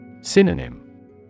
Synonym